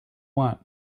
want